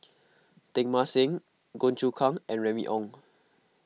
Teng Mah Seng Goh Choon Kang and Remy Ong